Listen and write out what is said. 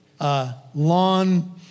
lawn